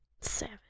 Savage